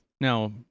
now